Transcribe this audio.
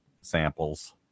samples